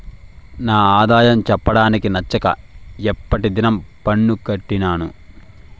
నా ఆదాయం చెప్పడానికి నచ్చక ఎప్పటి దినం పన్ను కట్టినాను